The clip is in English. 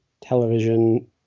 television